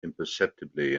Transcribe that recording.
imperceptibly